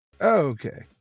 Okay